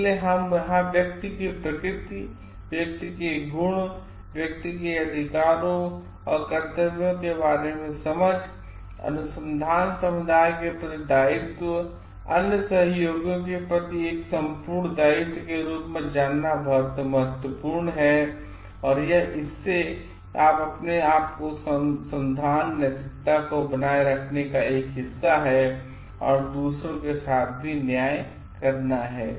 इसलिए हम यहां व्यक्ति की प्रकृति व्यक्ति के गुण व्यक्ति के अधिकारों और कर्तव्यों के बारे में समझ अनुसंधान समुदाय के प्रति दायित्व अन्य सहयोगियों के लिए एक सम्पूर्ण दायित्व के रूप में जानना बहुत महत्वपूर्ण है यह और इससे अपने आप को अनुसंधान नैतिकता को बनाए रखने का एक हिस्सा है और दूसरों के साथ भी न्याय करना है